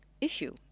issue